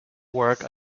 work